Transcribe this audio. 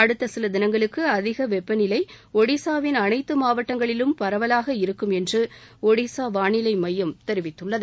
அடுத்த சில தினங்களுக்கு அதிக வெப்ப நிலை ஒடிசாவின் அனைத்து மாவட்டங்களிலும் பரவலாக இருக்கும் என்று ஷடிசா வானிலை மையம் தெரிவித்துள்ளது